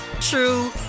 true